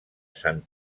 sant